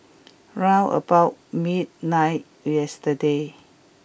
round about midnight yesterday